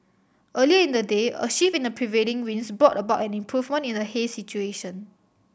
earlier in the day a shift in the prevailing winds brought about an improvement in the haze situation